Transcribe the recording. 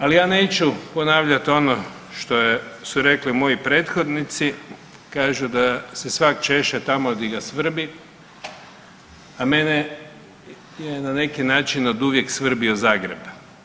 Ali ja neću ponavljat ono što su rekli moji prethodnici, kažu da se svak češe tamo di ga svrbi, a mene je na neki način oduvijek svrbio Zagreb.